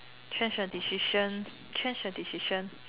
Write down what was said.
change a decision change a decision